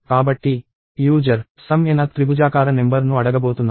కాబట్టి user sum nth త్రిభుజాకార number ను అడగబోతున్నారు